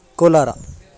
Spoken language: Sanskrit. कोलार